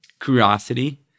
curiosity